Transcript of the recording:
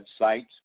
website